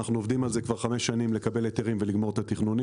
אנחנו עובדים על זה כבר חמש שנים לקבל היתרים ולגמור את התכנונים.